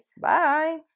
Bye